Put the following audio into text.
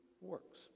works